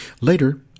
Later